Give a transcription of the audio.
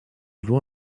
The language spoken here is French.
loin